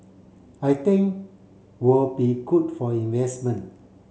I think will be good for investment